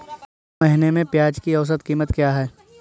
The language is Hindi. इस महीने में प्याज की औसत कीमत क्या है?